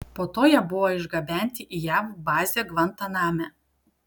po to jie buvo išgabenti į jav bazę gvantaname